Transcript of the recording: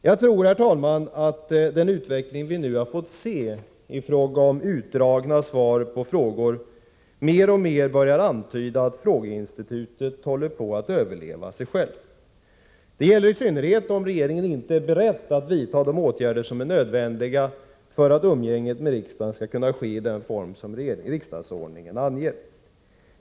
Jag tror, herr talman, att den utveckling vi nu har fått se i fråga om utdragna svar på frågor mer och mer börjar antyda att frågeinstitutet håller på att överleva sig självt. Det gäller i synnerhet om regeringen inte är beredd att vidta de åtgärder som är nödvändiga för att umgänget i riksdagen skall kunna ske i den form riksdagsordningen anger.